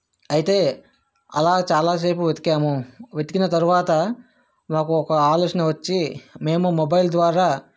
అయితే అలా చాలా సేపు వెతికాము వెతికిన తర్వాత మాకు ఒక ఆలోచన వచ్చి మేము మొబైల్ ద్వారా